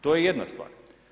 To je jedna stvar.